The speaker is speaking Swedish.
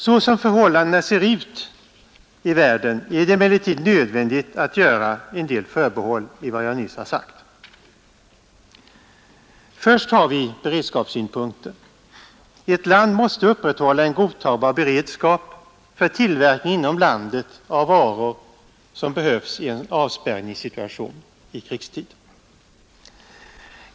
Såsom förhållandena ser ut i världen är det emellertid nödvändigt att göra en del förbehåll i vad jag nyss har sagt. Först har vi beredskapssynpunkten. Ett land måste upprätthålla en godtagbar beredskap för tillverkning inom landet av varor som behövs i en avspärrningssituation i krigstid.